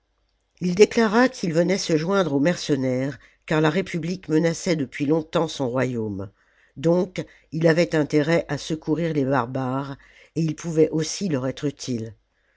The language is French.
il déclara qu'il venait se joindre aux mercenaires car là république menaçait depuis longsalammbo i i son royaume donc il avait intérêt à secourir les barbares et il pouvait aussi leur être utile